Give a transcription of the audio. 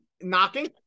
Knocking